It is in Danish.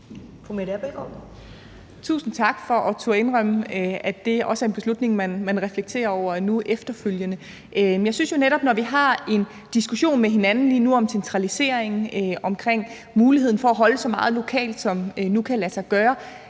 Tusind tak for at turde indrømme, at det også er en beslutning, man nu efterfølgende reflekterer over. Jeg synes jo netop, at vi har en diskussion med hinanden lige nu om centralisering og om muligheden for at holde så meget lokalt, som nu kan lade sig gøre.